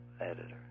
editor